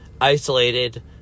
isolated